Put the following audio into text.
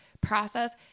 process